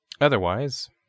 Otherwise